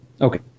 Okay